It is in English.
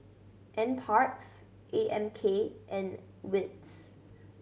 Nparks A M K and wits